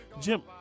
Jim